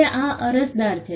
હવે આ અરજદાર છે